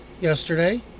yesterday